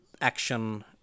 action